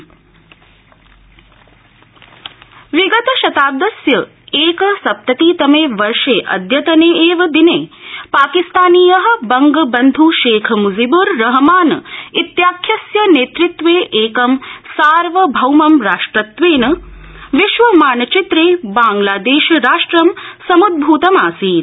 बांग्लादश विजय विगत शताब्दस्य एकसप्ततितमे वर्षे अद्यतने एव दिने पाकिस्तानीय बंगबंध् शेख म्जीब्र रहमान इत्याख्यस्य नेतृत्वे एकं सार्वभौमं राष्ट्रत्वेन विश्वमान चित्रे बांग्लादेशराष्ट्रं समुद्भुतमासीत्